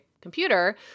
computer